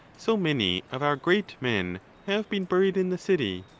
so many of our great men have been buried in the city?